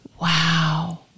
Wow